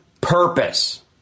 purpose